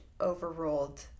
overruled